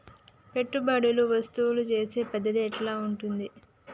పెట్టుబడులు వసూలు చేసే పద్ధతి ఎట్లా ఉంటది?